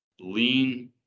Lean